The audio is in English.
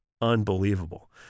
unbelievable